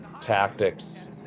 tactics